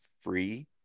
free